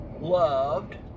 loved